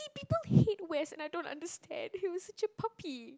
people hate West I don't understand he was such a puppy